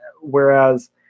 Whereas